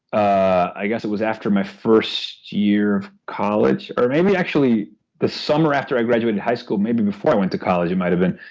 i guess it was after my first year of college or maybe actually the summer after i graduated high school before i went to college it might have been.